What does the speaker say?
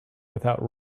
without